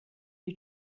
you